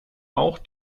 auch